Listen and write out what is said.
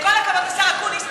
עם כל הכבוד לשר אקוניס,